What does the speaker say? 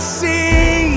see